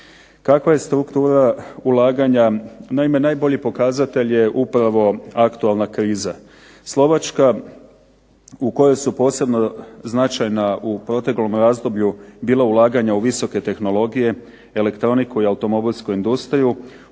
Kakva je struktura ulaganja? Naime, najbolji je pokazatelj upravo aktualna kriza. Slovačka u kojoj su posebno značajna u proteklom razdoblju bila ulaganja u visoke tehnologije, elektroniku i automobilsku industriju